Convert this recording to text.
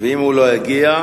ואם הוא לא יגיע,